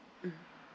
mm